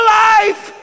life